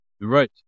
right